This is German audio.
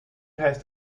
heißt